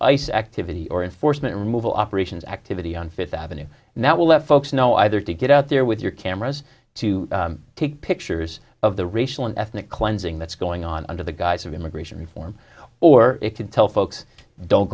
ice activity or enforcement removal operations activity on fifth avenue and that will let folks know either to get out there with your cameras to take pictures of the racial and ethnic cleansing that's going on under the guise of immigration reform or it could tell folks don't